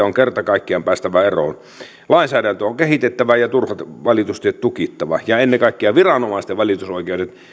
on kerta kaikkiaan päästävä eroon lainsäädäntöä on kehitettävä ja turhat valitustiet tukittava ja ennen kaikkea viranomaisten valitusoikeudet